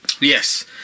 Yes